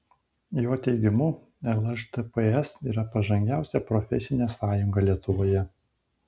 jo teigimu lšdps yra pažangiausia profesinė sąjunga lietuvoje